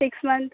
six month